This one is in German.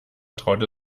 traute